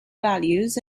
values